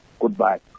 goodbye